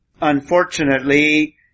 unfortunately